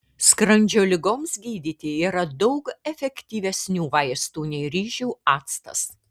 skrandžio ligoms gydyti yra daug efektyvesnių vaistų nei ryžių actas